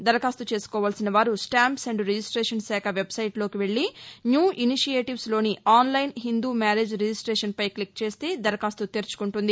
దరఖాస్తు చేసుకోవాల్సిన వారు స్టాంప్స్ అండ్ రిజిస్టేషన్ శాఖ వెబ్సైట్లోకి వెళ్లి న్యూ ఇనీషియేటివ్స్లోని ఆన్లైన్ హిందూ మ్యారేజ్ రిజిస్టేషన్పై క్లిక్ చేస్తే దరఖాస్తు తెరుచుకుంటుంది